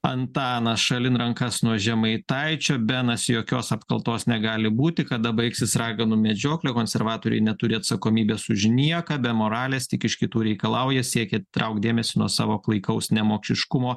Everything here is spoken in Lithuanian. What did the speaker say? antanas šalin rankas nuo žemaitaičio benas jokios apkaltos negali būti kada baigsis raganų medžioklė konservatoriai neturi atsakomybės už nieką be moralės tik iš kitų reikalauja siekia atitraukt dėmesį nuo savo klaikaus nemokšiškumo